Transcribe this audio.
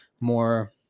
more